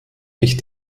ich